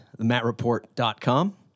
themattreport.com